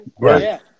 right